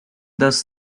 does